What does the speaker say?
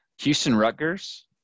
Houston-Rutgers